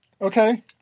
Okay